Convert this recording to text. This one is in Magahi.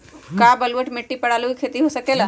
का बलूअट मिट्टी पर आलू के खेती हो सकेला?